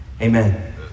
Amen